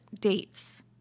dates